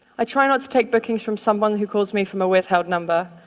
i try not to take bookings from someone who calls me from a withheld number.